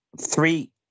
Three